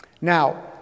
Now